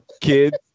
Kids